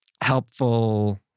helpful